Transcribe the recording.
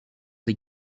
des